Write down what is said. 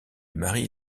mari